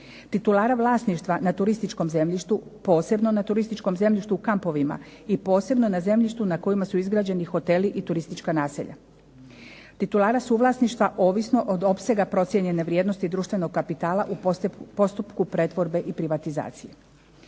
titulara vlasništva na turističkom zemljištu, posebno na turističkom zemljištu u kampovima i posebno na zemljištu na kojima su izgrađeni hoteli i turistička naselja, titulara suvlasništva ovisno od opsega procijenjene vrijednosti društvenog kapitala u postupku pretvorbe i privatizacije,